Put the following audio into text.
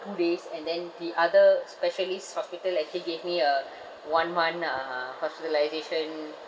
two days and then the other specialist hospital actually gave me a one month uh hospitalisation